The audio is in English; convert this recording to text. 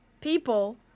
people